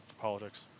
politics